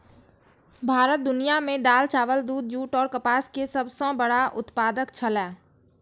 भारत दुनिया में दाल, चावल, दूध, जूट और कपास के सब सॉ बड़ा उत्पादक छला